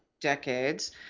decades